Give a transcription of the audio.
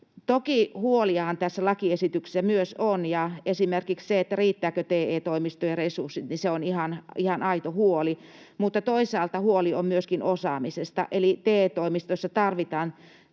Toki huolia tässä lakiesityksessä myös on, ja esimerkiksi se, riittääkö TE-toimistojen resurssit, on ihan aito huoli. Mutta toisaalta on huoli myöskin osaamisesta, eli TE-toimistoissa tarvitaan